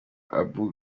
abu